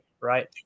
right